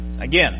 Again